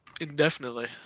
indefinitely